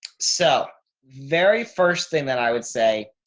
so very first thing that i would say,